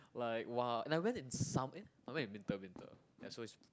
like [wah] and I went in sum~ eh I went in winter winter ya so it's